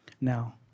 Now